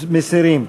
מסירים.